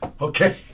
Okay